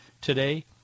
today